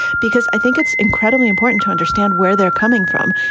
because i think it's incredibly important to understand where they're coming from,